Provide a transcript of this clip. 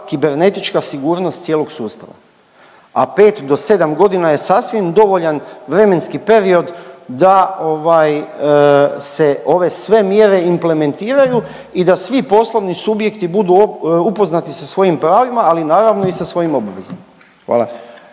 kibernetička sigurnost cijelog sustava. A 5 do 7 godina je sasvim dovoljan vremenski period da ovaj, se ove sve mjere implementiraju i da svi poslovni subjekti budu upoznati sa svojim pravima, ali naravno, i sa svojim obvezama. Hvala.